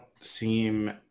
seem